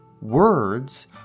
Words